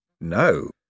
no